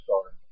start